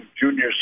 junior